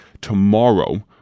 tomorrow